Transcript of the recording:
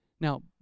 Now